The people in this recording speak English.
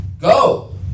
go